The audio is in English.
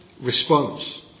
response